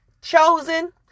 chosen